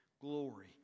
glory